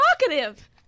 talkative